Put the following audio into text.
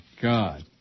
God